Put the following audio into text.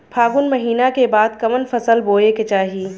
फागुन महीना के बाद कवन फसल बोए के चाही?